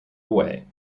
away